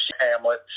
Hamlet